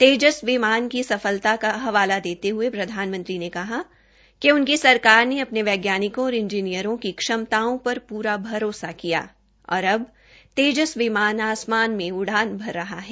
तेजस विमान की सफलता का हवाला देते हये प्रधानमंत्री ने कहा कि उनकी सरकार ने अपने वैज्ञानिकों और इंजीनियरो की क्षमताओं पर पूरा भरोसा किया और अब तेजस विमान आसमान में उड़ान भर रहा है